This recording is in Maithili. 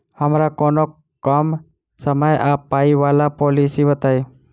हमरा कोनो कम समय आ पाई वला पोलिसी बताई?